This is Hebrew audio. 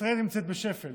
ישראל נמצאת בשפל